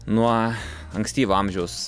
nuo ankstyvo amžiaus